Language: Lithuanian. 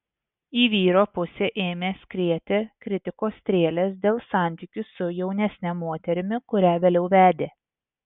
į vyro pusę ėmė skrieti kritikos strėlės dėl santykių su jaunesne moterimi kurią vėliau vedė